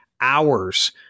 hours